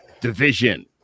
division